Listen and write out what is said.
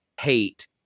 hate